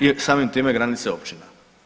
I samim time granice općina.